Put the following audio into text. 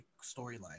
storyline